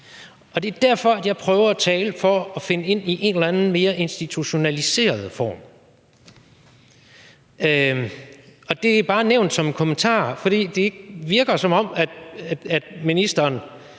Og det er derfor, jeg prøver at tale for at finde ind i en eller anden mere institutionaliseret form. Og det er bare nævnt som en kommentar, for det virker ikke, som om at ministeren